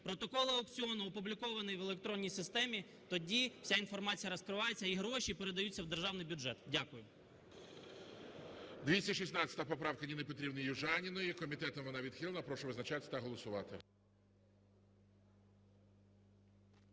протокол аукціону опублікований в електронній системі, тоді вся інформація розкривається і гроші передаються в державний бюджет. Дякую. ГОЛОВУЮЧИЙ. 216 поправка Ніни Петрівни Южаніної. Комітетом вона відхилена. Прошу визначатись та голосувати.